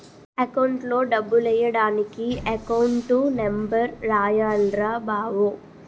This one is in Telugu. అకౌంట్లో డబ్బులెయ్యడానికి ఎకౌంటు నెంబర్ రాయాల్రా బావో